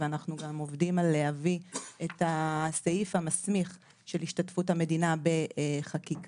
ואנחנו גם עובדים על להביא את הסעיף המסמיך של השתתפות המדינה בחקיקה,